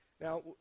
Now